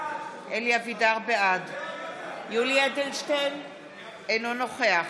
בעד יולי יואל אדלשטיין, אינו נוכח